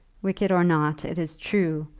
wicked or not, it is true.